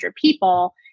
people